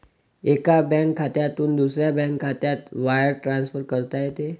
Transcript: एका बँक खात्यातून दुसऱ्या बँक खात्यात वायर ट्रान्सफर करता येते